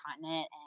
continent